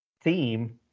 theme